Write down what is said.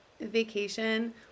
vacation